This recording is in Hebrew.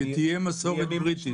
שתהיה מסורת בריטית.